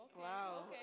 Wow